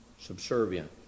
subservient